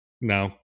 No